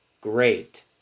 great